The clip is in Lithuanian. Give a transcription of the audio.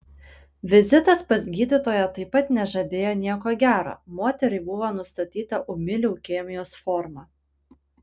vizitas pas gydytoją taip pat nežadėjo nieko gero moteriai buvo nustatyta ūmi leukemijos forma